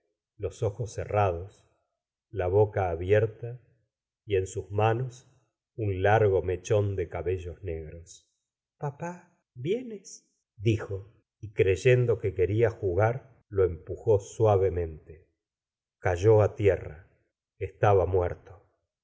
abierta y en sus manos un largo mechón de cabellos negros papá vienes dijo y creyendo que quería jugar lo empujó suavemente cayó á tierra estaba muerto